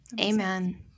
Amen